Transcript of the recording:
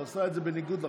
הוא עשה את זה בניגוד לחוק,